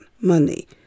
money